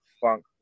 funk